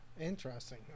interesting